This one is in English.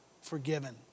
forgiven